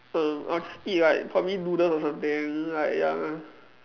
err I'll just eat like probably noodle or something like ya